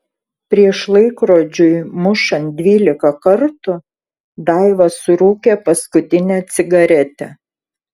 prieš laikrodžiui mušant dvylika kartų daiva surūkė paskutinę cigaretę